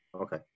Okay